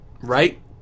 Right